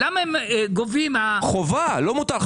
גובות --- לא מותר,